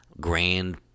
grand